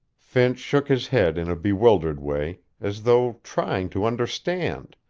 finch shook his head in a bewildered way, as though trying to understand